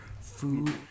food